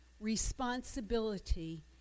responsibility